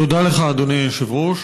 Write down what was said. תודה לך, אדוני היושב-ראש.